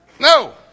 No